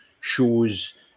shows